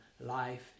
life